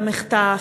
במחטף,